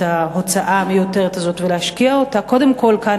ההוצאה המיותרת הזאת ולהשקיע אותה קודם כול כאן,